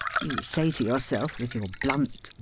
you say to yourself, with your blunt,